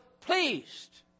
pleased